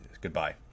goodbye